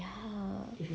ya ah